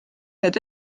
need